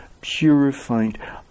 purified